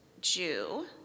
Jew